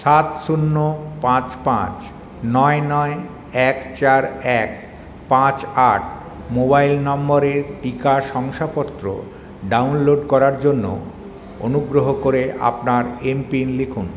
সাত শূন্য পাঁচ পাঁচ নয় নয় এক চার এক পাঁচ আট মোবাইল নম্বরের টিকা শংসাপত্র ডাউনলোড করার জন্য অনুগ্রহ করে আপনার এম পিন লিখুন